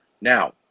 Now